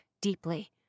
deeply